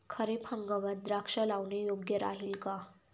खरीप हंगामात द्राक्षे लावणे योग्य राहिल का?